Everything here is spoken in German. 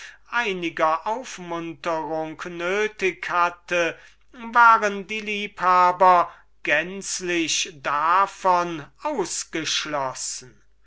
einiger aufmunterung nötig hatte waren die liebhaber gänzlich davon ausgeschlossen